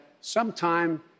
sometime